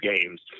games